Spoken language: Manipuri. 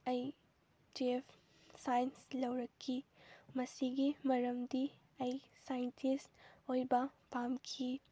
ꯑꯩ ꯇꯨꯌꯦꯜꯄ ꯁꯥꯏꯟꯁ ꯂꯧꯔꯛꯈꯤ ꯃꯁꯤꯒꯤ ꯃꯔꯝꯗꯤ ꯑꯩ ꯁꯥꯏꯟꯇꯤꯁ ꯑꯣꯏꯕ ꯄꯥꯝꯈꯤ